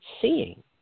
seeing